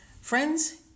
Friends